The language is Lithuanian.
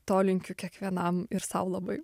to linkiu kiekvienam ir sau labai